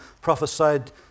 prophesied